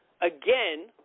again